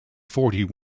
forty